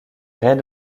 red